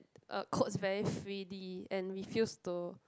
uh codes very freely and refuse to